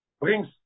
brings